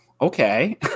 okay